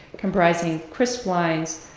comprising crisp lines,